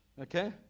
Okay